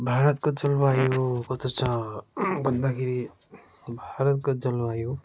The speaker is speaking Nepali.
भारतको जलवायु कस्तो छ भन्दाखेरि भारतको जलवायु